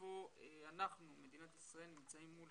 איפה אנחנו במדינת ישראל נמצאים מול